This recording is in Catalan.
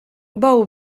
bou